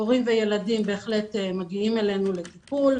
הורים וילדים מגיעים אלינו לטיפול.